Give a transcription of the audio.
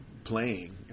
Playing